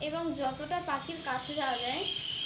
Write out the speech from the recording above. এবং যতটা পাখির কাছে যাওয়া যায়